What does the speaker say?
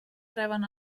reben